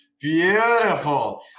beautiful